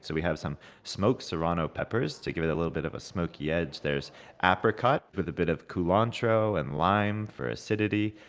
so we have smoked serrano peppers to give it a little bit of a smoky edge. there's apricot with a bit of culantro and lime for acidity,